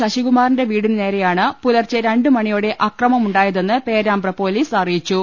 ശശികുമാറിന്റെ വീടിനുനേരെയാണ് പുലർച്ചെ രണ്ടുമണിയോടെ അക്രമമുണ്ടായതെന്ന് പേരാമ്പ്ര പൊലീസ് അറിയിച്ചു